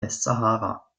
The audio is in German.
westsahara